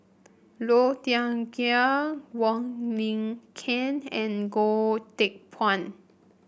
Low Thia Khiang Wong Lin Ken and Goh Teck Phuan